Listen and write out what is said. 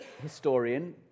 historian